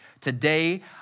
Today